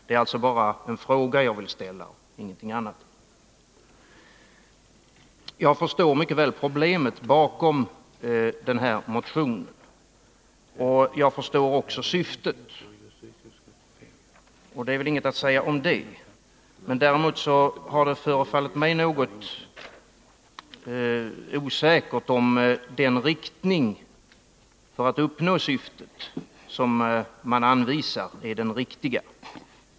Det är alltså bara ett par frågor jag vill ställa, ingenting annat. Jag förstår mycket väl problemet bakom den här motionen. Jag förstår också syftet, och det är väl inget att säga om det. Däremot har det förefallit mig något osäkert om den riktning för att uppnå syftet som man anvisar är den riktiga.